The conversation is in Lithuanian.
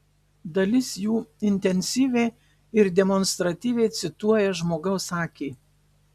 dalis jų intensyviai ir demonstratyviai cituoja žmogaus akį